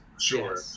sure